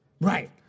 Right